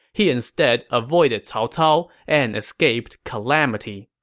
he instead avoided cao cao and escaped calamity.